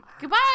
Goodbye